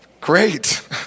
Great